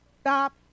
stop